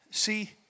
See